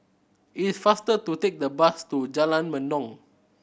it is faster to take the bus to Jalan Mendong